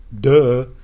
duh